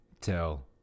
Tell